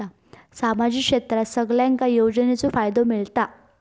सामाजिक क्षेत्रात सगल्यांका योजनाचो फायदो मेलता?